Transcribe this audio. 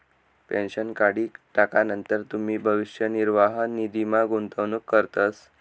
pension काढी टाकानंतर तुमी भविष्य निर्वाह निधीमा गुंतवणूक करतस